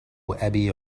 أبي